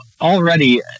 already